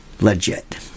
legit